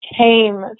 came